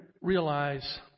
realize